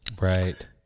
Right